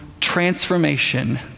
transformation